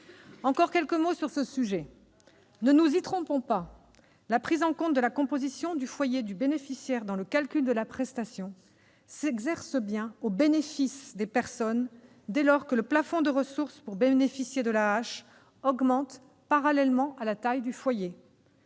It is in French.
aux adultes handicapés. Ne nous y trompons pas : la prise en compte de la composition du foyer du bénéficiaire dans le calcul de la prestation s'exerce bien au bénéfice des personnes dès lors que le plafond de ressources pour bénéficier de l'AAH augmente, parallèlement à la taille du foyer.